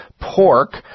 Pork